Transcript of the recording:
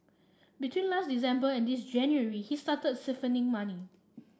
between last December and this January he started siphoning money